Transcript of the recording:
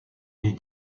les